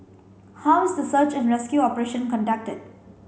how is the search and rescue operation conducted